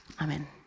Amen